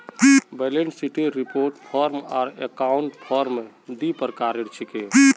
balance शीटेर report form आर account form दी प्रकार छिके